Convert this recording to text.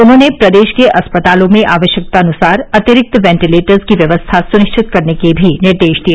उन्होंने प्रदेश के अस्पतालों में आवश्यकतानुसार अतिरिक्त वेंटिलेटर्स की व्यवस्था सुनिश्चित करने के भी निर्देश दिए